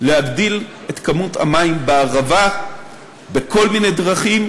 להגדיל את כמות המים בערבה בכל מיני דרכים,